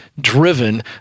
driven